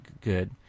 good